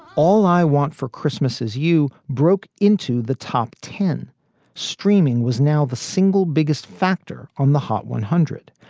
all i want for christmas is you broke into the top ten point streaming was now the single biggest factor on the hot one hundred.